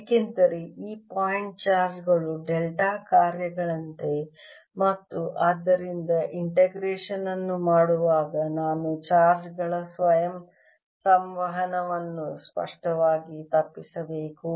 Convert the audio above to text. ಏಕೆಂದರೆ ಈ point charge ಗಳು ಡೆಲ್ಟಾ ಕಾರ್ಯಗಳಂತೆ ಮತ್ತು ಆದ್ದರಿಂದ ಇಂಟಿಗ್ರೇಷನ್ ಅನ್ನು ಮಾಡುವಾಗ ನಾನು ಚಾರ್ಜ್ ಗಳ ಸ್ವಯಂ ಸಂವಹನವನ್ನು ಸ್ಪಷ್ಟವಾಗಿ ತಪ್ಪಿಸಬೇಕು